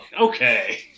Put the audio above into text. Okay